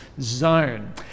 zone